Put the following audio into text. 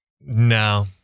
No